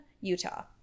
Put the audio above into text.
Utah